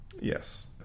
Yes